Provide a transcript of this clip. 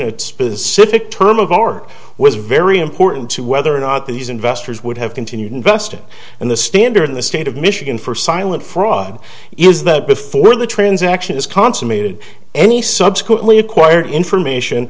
the specific term of or was very important to whether or not these investors would have continued investment and the standard in the state of michigan for silent fraud is that before the transaction is consummated any subsequently acquired information